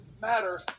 matter